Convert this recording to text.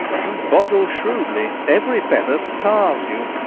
you boggle shrewdly every feather starts you.